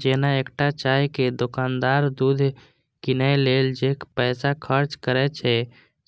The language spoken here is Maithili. जेना एकटा चायक दोकानदार दूध कीनै लेल जे पैसा खर्च करै छै,